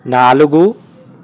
నాలుగు